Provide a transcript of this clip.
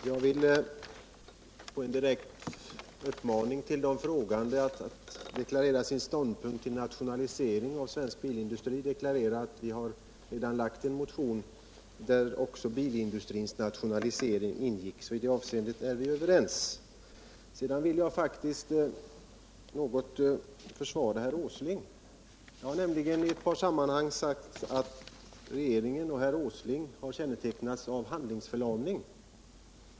Herr talman! Jag vill på en direkt uppmaning till de frågande att deklarera sin ståndpunkt till en nationalisering av svensk bilindustri här deklarera att vi redan har väckt en motion, i vilken även Ra rationalisering togs upp, så i det avseendet är vi överens. i Sedan vill jag faktiskt något försvara herr Åsling. Det har nämligen i ett par olika sammanhang sagts att regeringen och herr Åsling kännetecknats av handlingsförlamning.